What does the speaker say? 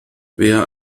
wer